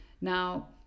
now